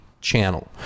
channel